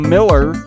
Miller